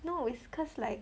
no it's cause like